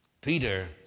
Peter